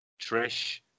Trish